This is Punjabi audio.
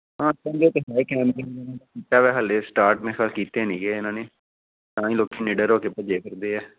ਹਾਂ ਕਹਿੰਦੇ ਤਾਂ ਹੈ ਕੈਮਰੇ ਕੀਤਾ ਵਾ ਹਲੇ ਸਟਾਰਟ ਮੇਰੇ ਖਿਆਲ ਕੀਤੇ ਨੀਗੇ ਇਹਨਾਂ ਨੇ ਤਾਂ ਹੀ ਲੋਕੀ ਨਿਡਰ ਹੋ ਕੇ ਭੱਜੇ ਫਿਰਦੇ ਹੈ